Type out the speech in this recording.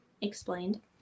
explained